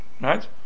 Right